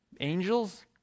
Angels